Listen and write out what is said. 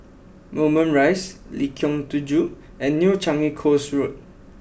Moulmein Rise Lengkong Tujuh and New Changi Coast Road